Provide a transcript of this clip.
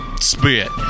spit